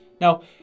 Now